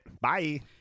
Bye